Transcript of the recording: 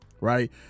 Right